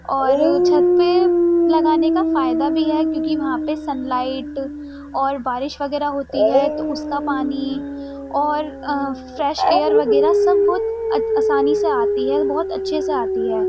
اور چھت پہ لگانے کا فائدہ بھی ہے کیونکہ وہاں پہ سن لائٹ اور بارش وغیرہ ہوتی ہے تو اس کا پانی اور فریش ایئر وغیرہ سب بہت آسانی سے آتی ہے اور بہت اچھے سے آتی ہے